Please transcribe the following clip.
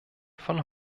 von